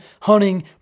hunting